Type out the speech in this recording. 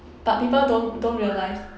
but people don't don't realize